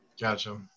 Gotcha